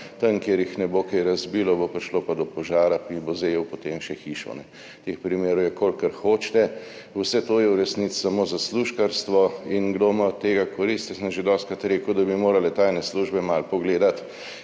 tam, kjer jih ne bo kaj razbilo, bo prišlo pa do požara, ki bo zajel potem še hišo. Teh primerov je, kolikor hočete. Vse to je v resnici samo zaslužkarstvo. Kdo ima od tega korist? Jaz sem že dostikrat rekel, da bi morale tajne službe malo pogledati